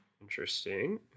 Interesting